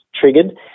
triggered